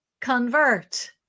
convert